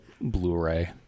Blu-ray